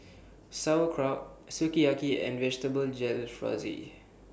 Sauerkraut Sukiyaki and Vegetable Jalfrezi